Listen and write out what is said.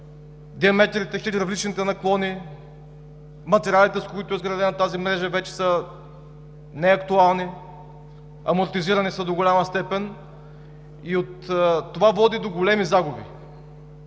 диаметрите, хидравличните наклони, материалите, с които е изградена тази мрежа, вече са неактуални, амортизирани са до голяма степен и това води до големи загуби.